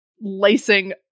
lacing